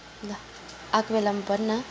ल आएको बेलामा भन् न